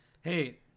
hey